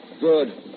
Good